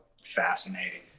Fascinating